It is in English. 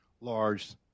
large